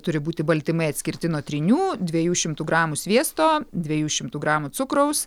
turi būti baltymai atskirti nuo trynių dviejų šimtų gramų sviesto dviejų šimtų gramų cukraus